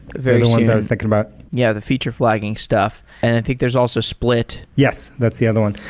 they're the ones i was thinking about yeah, the feature flagging stuff. and i think there's also split yes. that's the other one.